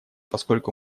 поскольку